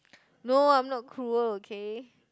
no I'm not cruel okay